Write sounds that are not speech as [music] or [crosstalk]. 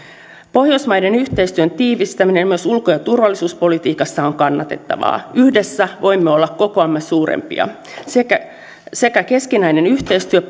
pohjoismaiden yhteistyön tiivistäminen myös ulko ja turvallisuuspolitiikassa on kannatettavaa yhdessä voimme olla kokoamme suurempia sekä sekä keskinäinen yhteistyö [unintelligible]